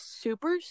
super